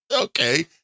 Okay